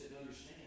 understand